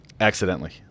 accidentally